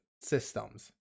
systems